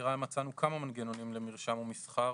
בסקירה מצאנו כמה מנגנונים למרשם ומסחר